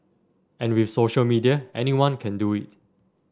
and with social media anyone can do it